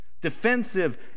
defensive